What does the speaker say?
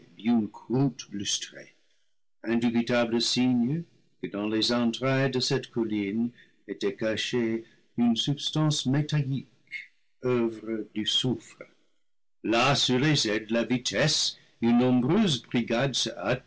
croûte lustrée indubitable signe que dans les entrailles de celte colline était cachée une substance métallique oeuvre du soufre là sur les ailes de la vitesse une nombreuse brigade se